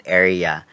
area